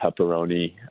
pepperoni